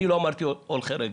אני לא אמרתי הולכי רגל.